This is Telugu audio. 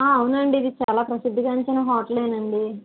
అవునండి ఇది చాలా ప్రసిద్ధి గాంచిన హోటలేనండి